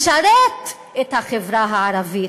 לשרת את החברה הערבית.